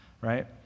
right